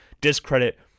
discredit